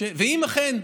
ואם אכן,